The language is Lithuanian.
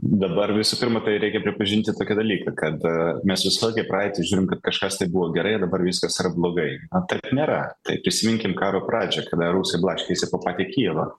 dabar visų pirma tai reikia pripažinti tokį dalyką kad mes visada kai į praeitį žiūrim kad kažkas tai buvo gerai ir dabar viskas yra blogai na taip nėra taip prisiminkim karo pradžią kada rusai blaškėsi po patį kijevą